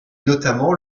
notamment